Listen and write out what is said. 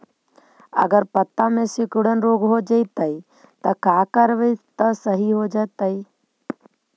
अगर पत्ता में सिकुड़न रोग हो जैतै त का करबै त सहि हो जैतै?